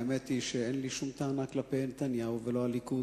האמת היא שאין לי שום טענה כלפי נתניהו וכלפי הליכוד.